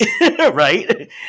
right